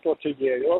tos idėjos